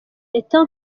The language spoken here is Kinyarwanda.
est